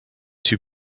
two